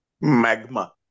magma